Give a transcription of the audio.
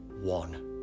one